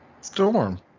storm